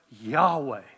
Yahweh